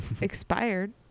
expired